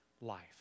life